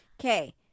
Okay